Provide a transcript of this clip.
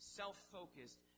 self-focused